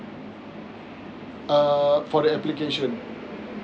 err for the application